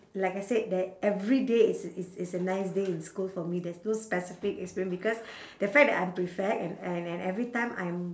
like I said that every day is is is a nice day in school for me there's no specific experience because the fact that I'm prefect and and and every time I'm